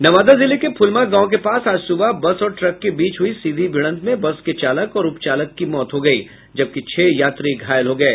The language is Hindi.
नवादा जिले के फुलमा गांव के पास आज सुबह बस और ट्रक के बीच हुई सीधी भिडंत में बस के चालक और उपचालक की मौत हो गयी जबकि छह यात्री घायल हो गये